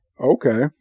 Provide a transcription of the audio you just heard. Okay